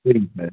சேரிங்க சார்